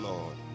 Lord